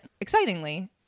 excitingly